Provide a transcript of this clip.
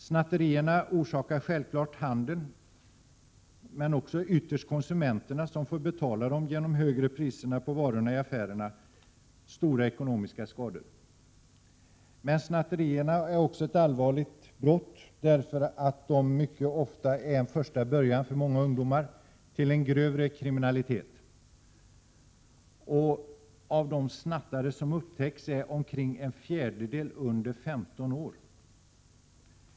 Snatterierna orsakar självfallet handeln men ytterst också konsumenterna, som får betala dem genom högre priser på varorna i affärerna, stora ekonomiska skador. Men snatterierna är också ett allvarligt brott därför att de mycket ofta är en första början för många ungdomar till en grövre kriminalitet. Av de snattare som upptäcks är omkring en fjärdedel under 15 år.